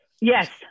yes